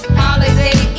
holiday